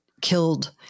killed